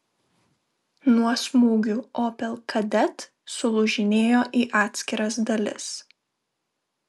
nuo smūgių opel kadett sulūžinėjo į atskiras dalis